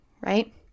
right